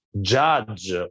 judge